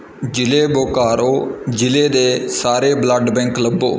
ਜ਼ਿਲ੍ਹੇ ਬੋਕਾਰੋ ਜ਼ਿਲ੍ਹੇ ਦੇ ਸਾਰੇ ਬਲੱਡ ਬੈਂਕ ਲੱਭੋ